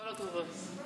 כל הכבוד.